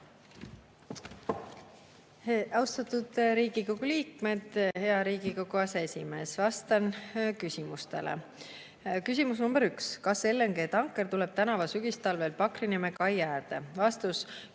Austatud Riigikogu liikmed! Hea Riigikogu aseesimees! Vastan küsimustele. Küsimus number üks: "Kas LNG tanker tuleb tänavu sügistalvel Pakrineeme kai aarde?" Vastus.